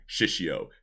Shishio